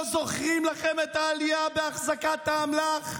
לא זוכרים לכם את העלייה בהחזקת האמל"ח,